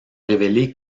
révélé